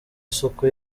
isuku